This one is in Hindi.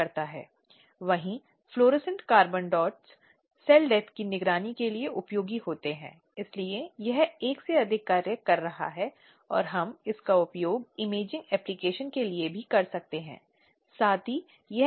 क्योंकि हम एक ऐसी स्थिति की बात कर रहे हैं जहाँ अधिनियम अनिवार्य रूप से महिलाओं के मुद्दों और चिंताओं पर ध्यान देता है इसलिए करीब करीब महिलाओं को रोजगार देने की उपस्थिति संभवत आधे उद्देश्य की है यह भी उतना ही महत्वपूर्ण है कि समिति के सदस्यों के रूप में व्यक्ति होना चाहिए